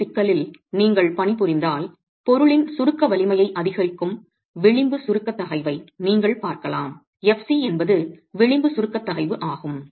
இந்தச் சிக்கலில் நீங்கள் பணிபுரிந்தால் பொருளின் சுருக்க வலிமையை அதிகரிக்கும் விளிம்பு சுருக்க தகைவை நீங்கள் பார்க்கலாம் fc என்பது விளிம்பு சுருக்க தகைவு ஆகும்